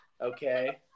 Okay